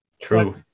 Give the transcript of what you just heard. True